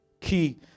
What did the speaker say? Key